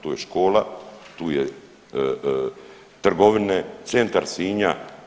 Tu je škola, tu je trgovine, centar Sinja.